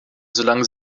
solange